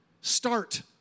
Start